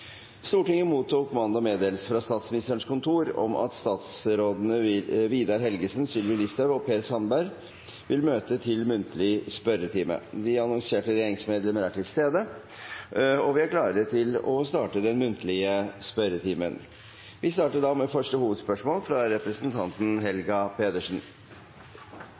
Stortinget mottok mandag meddelelse fra Statsministerens kontor om at statsrådene Vidar Helgesen, Sylvi Listhaug og Per Sandberg vil møte til muntlig spørretime. De annonserte regjeringsmedlemmer er til stede, og vi er klare til å starte den muntlige spørretimen. Vi starter med første hovedspørsmål, fra representanten Helga Pedersen.